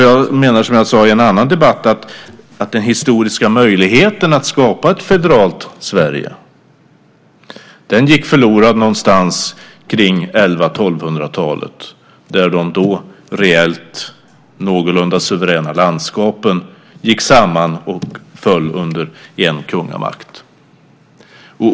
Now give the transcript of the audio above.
Jag menar, som jag sade i en annan debatt, att den historiska möjligheten att skapa ett federalt Sverige gick förlorad någonstans kring 1100 eller 1200-talet när de då reellt någorlunda suveräna landskapen gick samman och föll under en kungamakt.